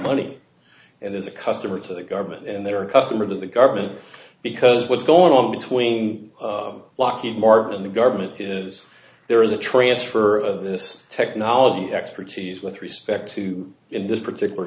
money and as a customer to the government and their customer to the government because what's going on between lockheed martin and the government is there is a transfer of this technology expertise with respect to in this particular